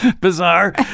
bizarre